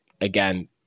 again